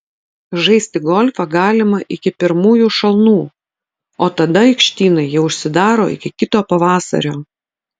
žaisti golfą galima iki pirmųjų šalnų o tada aikštynai jau užsidaro iki kito pavasario